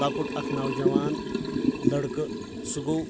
لۄکُٹ اکھ نوجوان لٔڑکہٕ سُہ گوٚو